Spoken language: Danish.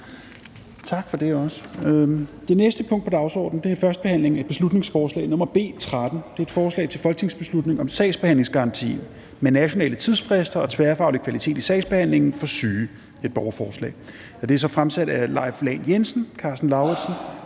Det er vedtaget. --- Det næste punkt på dagsordenen er: 4) 1. behandling af beslutningsforslag nr. B 13: Forslag til folketingsbeslutning om sagsbehandlingsgaranti med nationale tidsfrister og tværfaglig kvalitet i sagsbehandlingen for syge (borgerforslag). Af Leif Lahn Jensen (S), Karsten Lauritzen